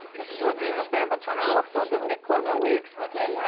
this is your diva fan, but turn it off so it doesn't get caught in our wigs. okay, yeah.